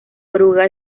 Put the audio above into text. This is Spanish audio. oruga